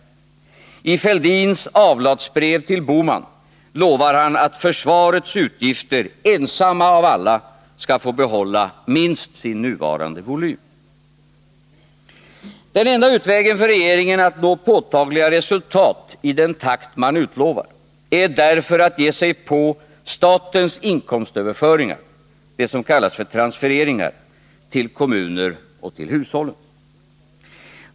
I Thorbjörn Fälldins avlatsbrev till Gösta Bohman lovar han att försvarets utgifter — endast de, av alla — skall få behålla minst sin nuvarande volym. Den enda utvägen för regeringen om den skall nå påtagliga resultat i den takt man utlovat är därför att ge sig på statens inkomstöverföringar — det som kallas transfereringar — till kommuner och hushåll.